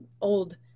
old